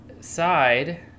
side